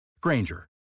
Granger